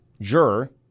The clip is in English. juror